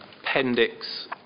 Appendix